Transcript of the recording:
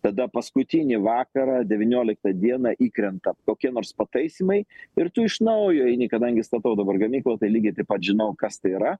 tada paskutinį vakarą devynioliktą dieną įkrenta kokie nors pataisymai ir tu iš naujo eini kadangi statau dabar gamyklą tai lygiai taip pat žinau kas tai yra